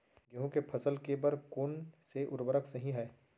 गेहूँ के फसल के बर कोन से उर्वरक सही है?